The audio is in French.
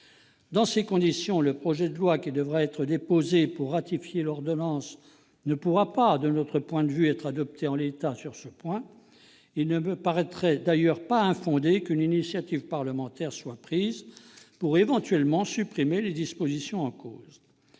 Dans ces conditions, le projet de loi qui devra être déposé pour ratifier l'ordonnance ne pourra pas, de notre point de vue, être adopté en l'état sur ce point. Il ne me paraîtrait d'ailleurs pas infondé qu'une initiative parlementaire soit prise pour, éventuellement, supprimer les dispositions en cause.